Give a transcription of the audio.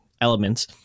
elements